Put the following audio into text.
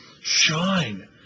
shine